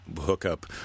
hookup